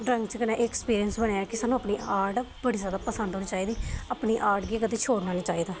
drawing च कन्नै एह् एक्सपीरियंस बनेआ कि सानूं अपनी आर्ट बड़ी जैदा पसंद होनी चाहिदी अपनी आर्ट गी कदें छोड़ना निं चाहिदा